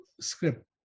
script